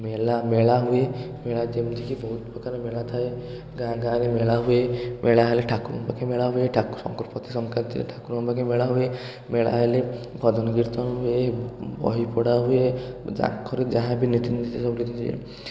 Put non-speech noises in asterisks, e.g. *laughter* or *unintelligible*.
ମେଳା ମେଳା ହୁଏ ମେଳା ଯେମିତିକି ବହୁତ ପ୍ରକାର ମେଳା ଥାଏ ଗାଁ ଗାଁରେ ମେଳା ହୁଏ ମେଳା ହେଲେ ଠାକୁରଙ୍କ ପାଖରେ ମେଳା ହୁଏ ଠାକୁର ପ୍ରତି ସଂକ୍ରାନ୍ତିରେ ଠାକୁରଙ୍କ ପାଖେ ମେଳା ହୁଏ ମେଳା ହେଲେ ଭଜନ କୀର୍ତ୍ତନ ହୁଏ ବହି ପଢ଼ା ହୁଏ *unintelligible* ଯାହା ବି ରୀତିନୀତି ସବୁ କିଛି